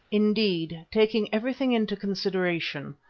indeed, taking everything into consideration,